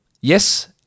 yes